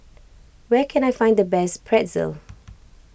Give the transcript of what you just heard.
where can I find the best Pretzel